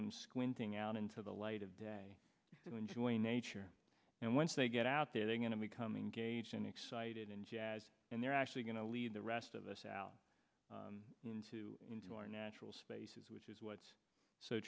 them squinting out into the light of day and enjoying nature and once they get out there they're going to be coming gaijin excited in jazz and they're actually going to lead the rest of us out into into our natural spaces which is what's so